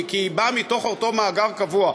כי היא באה מתוך אותו מאגר קבוע,